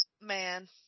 man